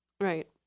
Right